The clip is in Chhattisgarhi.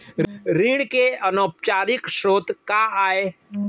ऋण के अनौपचारिक स्रोत का आय?